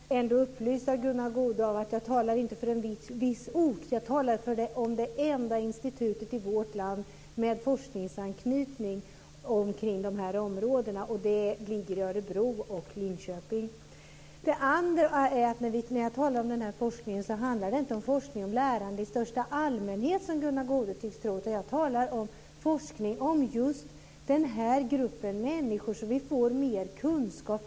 Fru talman! Först och främst vill jag upplysa Gunnar Goude om att jag inte talar för en viss ort utan jag talar för det enda institutet i vårt land med forskningsanknytning till dessa områden. Det ligger i Det handlar inte om forskning om lärande i största allmänhet, som Gunnar Goude tycks tro. Jag talar om forskning om just denna gruppen människor för att få mer kunskap.